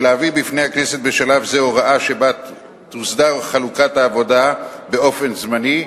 ולהביא בפני הכנסת בשלב זה הוראה שבה תוסדר חלוקת העבודה באופן זמני,